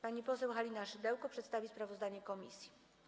Pani poseł Halina Szydełko przedstawi sprawozdanie komisji.